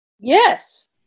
Yes